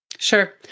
Sure